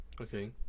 okay